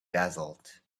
dazzled